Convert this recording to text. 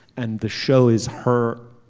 and the show is her.